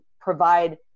provide